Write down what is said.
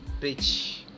bitch